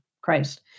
Christ